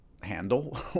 handle